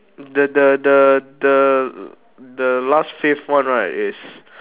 the the the the the last fifth one right is